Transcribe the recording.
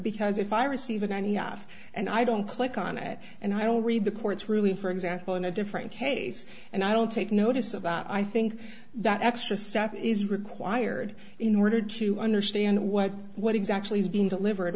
because if i receive in any off and i don't click on it and i don't read the court's ruling for example in a different case and i don't take notice about i think that extra step is required in order to understand what what exactly is being delivered